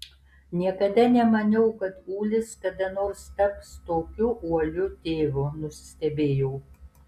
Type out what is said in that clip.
niekada nemaniau kad ulis kada nors taps tokiu uoliu tėvu nusistebėjau